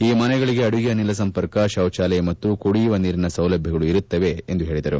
ಈ ಮನೆಗಳಿಗೆ ಅಡುಗೆ ಅನಿಲ ಸಂಪರ್ಕ ಶೌಚಾಲಯ ಮತ್ತು ಕುಡಿಯುವ ನೀರಿನ ಸೌಲಭ್ಯಗಳು ಇರುತ್ತವೆ ಎಂದು ಹೇಳಿದರು